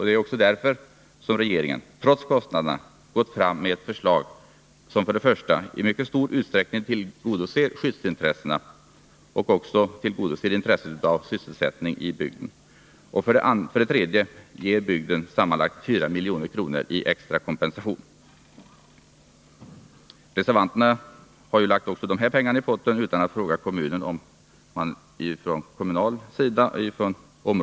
Det är också därför som regeringen — trots kostnaderna — gått fram med ett förslag som för det första i mycket stor utsträckning tillgodoser skyddsintressena och även intresset av sysselsättning i bygden och för det andra ger bygden sammanlagt 4 milj.kr. i extra kompensation. Reservanterna har lagt även dessa pengar i potten utan att fråga kommunen om man vill satsa dem.